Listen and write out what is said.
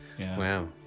Wow